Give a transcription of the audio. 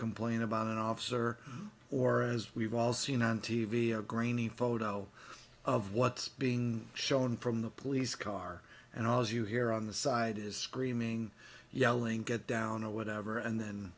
complaint about an officer or as we've all seen on t v or grainy photo of what's being shown from the police car and all as you hear on the side is screaming yelling get down or whatever and then